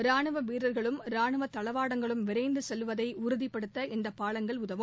ராணுவ வீரர்களும் ராணுவ தளவாடங்களும் விரைந்து செல்வதை உறுதிப்படுத்த இந்த பாலங்கள் உதவும்